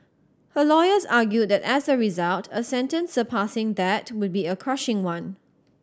her lawyers argued that as a result a sentence surpassing that would be a crushing one